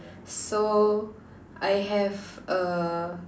so I have err